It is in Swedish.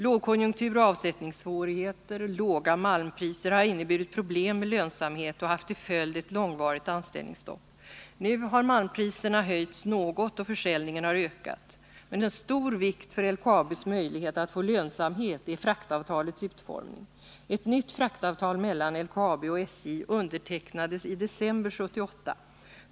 Lågkonjunktur, avsättningssvårigheter och låga malmpriser har inneburit problem med lönsamheten och haft till följd ett långvarigt anställningsstopp. Nu har malmpriserna höjts något och försäljningen ökat. Av stor vikt för LKAB:s möjlighet att få lönsamhet är fraktavtalets utformning. Ett nytt fraktavtal mellan LKAB och SJ undertecknades i december 1978.